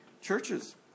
churches